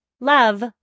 Love